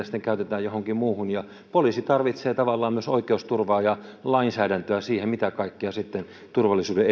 sitten käytetään johonkin muuhun ja poliisi tarvitsee tavallaan myös oikeusturvaa ja lainsäädäntöä siihen mitä kaikkea sitten turvallisuuden